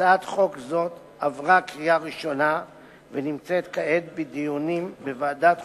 הצעת חוק זאת עברה קריאה ראשונה ונמצאת כעת בדיונים בוועדת חוקה,